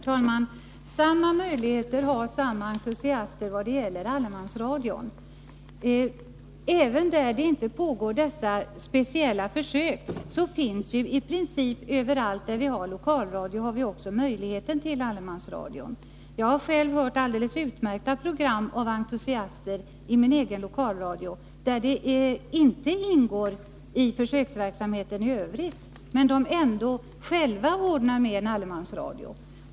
Herr talman! Samma möjligheter har samma entusiaster i allemansradion, även när dessa speciella försök inte pågår. I princip överallt där vi har lokalradio har vi också möjlighet till allemansradio. Jag har själv hört alldeles utmärkta program av entusiaster i min egen lokalradio, som inte ingår i försöksverksamheten i övrigt, men ändå själv ordnar med allemansradio.